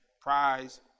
prize